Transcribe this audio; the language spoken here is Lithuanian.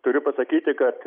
turiu pasakyti kad